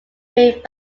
bring